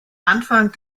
anfang